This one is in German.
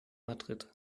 madrid